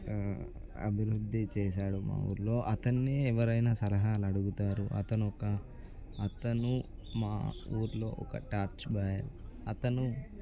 అభివృద్ధి చేసాడు మా ఊరిలో అతన్నే ఎవరయిన సలహాలడుగుతారు అతనొక అతను మా ఊరిలో ఒక టార్చ్ బాయ్ అతను